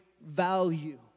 value